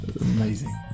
amazing